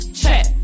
check